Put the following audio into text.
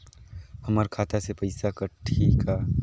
हमर खाता से पइसा कठी का?